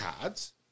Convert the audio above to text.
cards